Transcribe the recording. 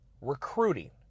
recruiting